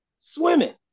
swimming